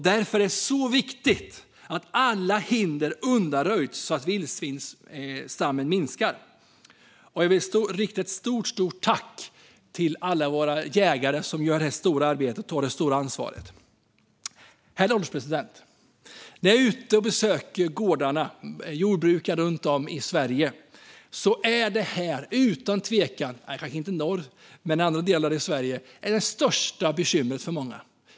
Därför är det så viktigt att alla hinder undanröjs så att vildsvinsstammen minskar. Jag vill rikta ett stort tack till alla våra jägare som gör ett stort arbete och tar det stora ansvaret. Herr ålderspresident! När jag är ute och besöker jordbrukare på deras gårdar runt om i Sverige är detta utan tvekan det största bekymret för många - inte i norr men i andra delar av Sverige.